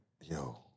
yo